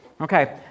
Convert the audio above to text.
Okay